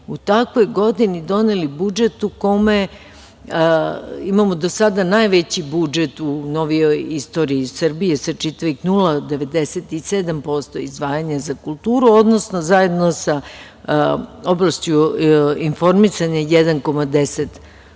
u takvoj godini doneli budžet u kome imamo do sada najveći budžet u novijoj istoriji Srbije se čitavih 0,97% izdvajanja za kulturu, odnosno zajedno sa oblašću informisanja 1,10%